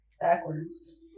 Backwards